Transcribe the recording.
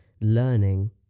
learning